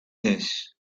this